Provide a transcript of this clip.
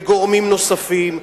וגורמים נוספים,